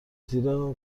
زیرا